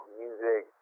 music